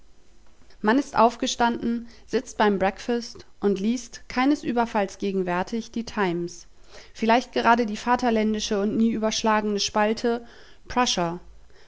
man ist aufgestanden sitzt beim breakfast und liest keines überfalls gewärtig die times vielleicht gerade die vaterländische und nie überschlagne spalte